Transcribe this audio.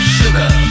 sugar